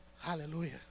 Hallelujah